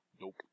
Nope